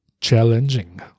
challenging